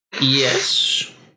Yes